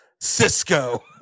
Cisco